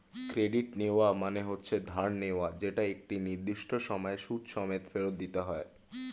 credit নেওয়া মানে হচ্ছে ধার নেওয়া যেটা একটা নির্দিষ্ট সময়ে সুদ সমেত ফেরত দিতে হয়